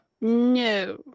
No